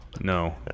No